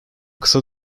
kısa